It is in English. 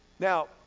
Now